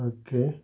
okay